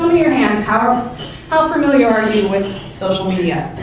your hands, how how familiar are and you with social media?